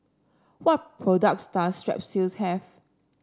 what products does Strepsils have